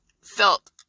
Felt